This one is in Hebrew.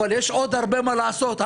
אבל יש עוד הרבה מה לעשות.